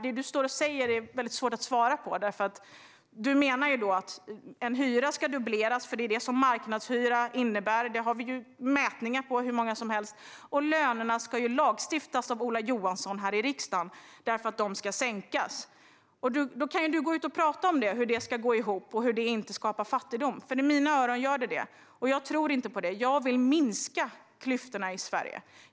Det är svårt att svara på det som du säger. Du menar att hyran ska dubbleras. Det är ju detta som marknadshyra innebär. Vi har mätningar på det, hur många som helst. Och lönerna ska Ola Johansson lagstifta om här i riksdagen, för de ska sänkas. Du kan ju gå ut och prata om hur detta ska gå ihop och hur det inte skapar fattigdom. I mina öron skapar det fattigdom, och jag tror inte på denna väg. Jag vill minska klyftorna i Sverige.